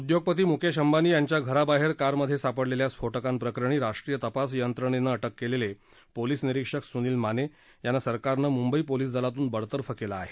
उद्योगपती मुकेश अंबानी यांच्या घराबाहेर कारमध्ये सापडलेल्या स्फोटकांप्रकरणी राष्ट्रीय तपास यंत्रणनेनं अटक केलेल पोलीस निरीक्षक सुनिल माने यांना सरकारनं मुंबई पोलीस दलातून बडतर्फ केलं आहे